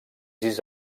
sis